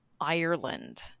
Ireland